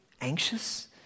anxious